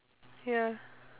ya